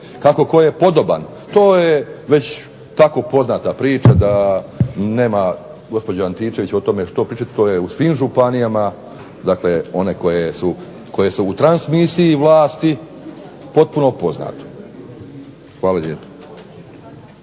kako tko je podoban to je već tako poznata priča da nema gospođa Antičević o tome što pričati. To je u svim županijama. Dakle, one koje se u transmisiji vlasti potpuno poznato. Hvala lijepo.